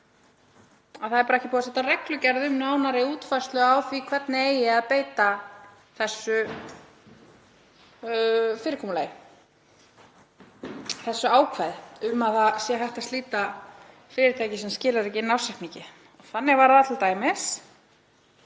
— er ekki búinn að setja reglugerð um nánari útfærslu á því hvernig eigi að beita þessu fyrirkomulagi, þessu ákvæði um að það sé hægt að slíta fyrirtæki sem skilar ekki inn ársreikningi. Þannig var það t.d.